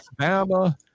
Alabama